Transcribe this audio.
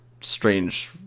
strange